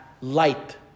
light